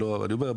אני אומר,